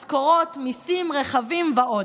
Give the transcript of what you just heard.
משכורות, מיסים, רכבים ועוד.